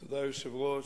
תודה, היושב-ראש.